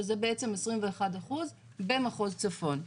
שזה בעצם 21% במחוז צפון.